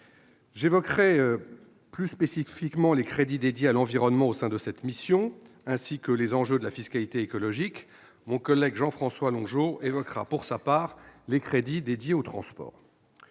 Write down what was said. J'évoquerai plus spécifiquement les crédits dédiés à l'environnement au sein de cette mission, ainsi que les enjeux de la fiscalité écologique. Mon collègue Jean-François Longeot abordera, pour sa part, les crédits alloués au transport.